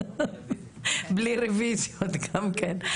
בלי רוויזיות גם כן.